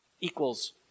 equals